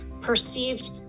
perceived